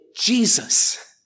Jesus